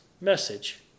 message